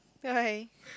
why